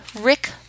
Rick